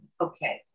okay